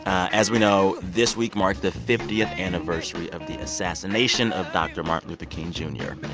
as we know, this week marked the fiftieth anniversary of the assassination of dr. martin luther king jr.